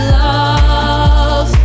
love